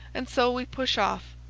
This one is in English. and so we push off,